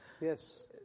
yes